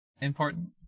important